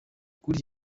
kuri